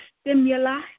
stimuli